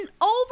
over